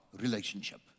relationship